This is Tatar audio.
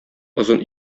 озын